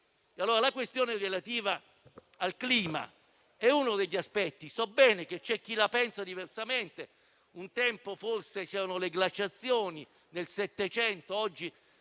La questione relativa al clima è dunque uno degli aspetti. So bene che c'è chi la pensa diversamente; un tempo forse c'erano le glaciazioni, ma non faccio